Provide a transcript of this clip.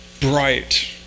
Bright